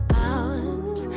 hours